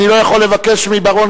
אני לא יכול לבקש מבר-און,